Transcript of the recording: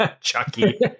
Chucky